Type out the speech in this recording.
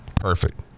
Perfect